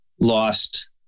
lost